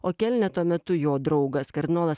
o kelne tuo metu jo draugas kardinolas